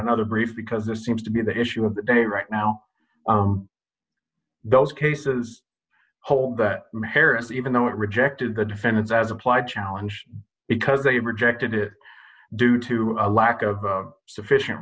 another brief because this seems to be the issue of the day right now those cases hold that harris even though it rejected the defendants as applied challenge because they rejected it due to a lack of sufficient